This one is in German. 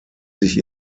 sich